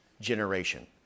generation